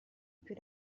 più